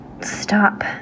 stop